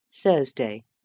Thursday